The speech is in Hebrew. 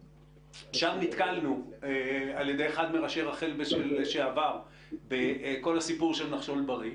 שם נתקלנו על ידי אחד מראשי רח"ל לשעבר בכל הסיפור של "נחשול בריא"